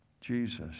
Jesus